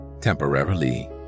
temporarily